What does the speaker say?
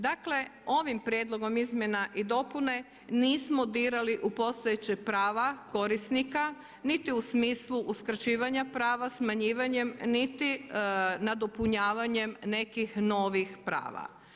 Dakle, ovim prijedlogom izmjena i dopune nismo dirali u postojeća prava korisnika niti u smislu uskraćivanja prava, smanjivanjem, niti nadopunjavanjem nekih novih prava.